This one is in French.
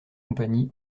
compagnie